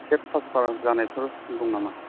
टेट pass जानायफोर दं नामा